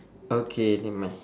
okay never mind